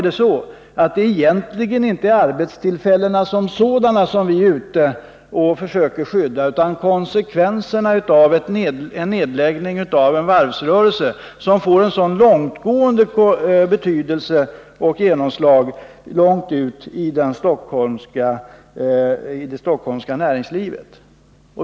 Det är egentligen inte arbetstillfällena som sådana som vi försöker skydda, utan vi vill motverka konsekvenserna av nedläggning av en varvsrörelse som får ett sådant genomslag långt ut i det stockholmska näringslivet.